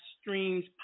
streams